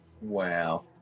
Wow